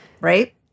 Right